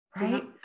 right